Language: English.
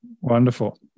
Wonderful